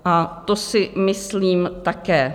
A to si myslím také.